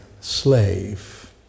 slave